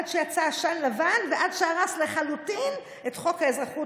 עד שיצא עשן לבן ועד שהרס לחלוטין את חוק האזרחות,